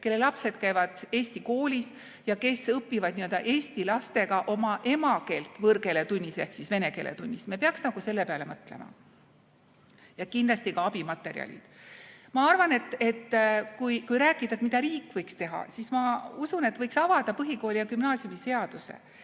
kelle lapsed käivad eesti koolis ja kes õpivad eesti lastega oma emakeelt võõrkeele tunnis ehk vene keele tunnis. Me peaks selle peale mõtlema. Ja kindlasti [on vajalikud] ka abimaterjalid. Ma arvan, et kui rääkida, mida riik võiks teha, siis ma usun, et võiks avada põhikooli- ja gümnaasiumiseaduse